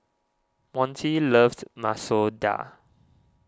Montie loves Masoor Dal